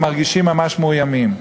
שהם מרגישים ממש מאוימים.